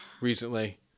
recently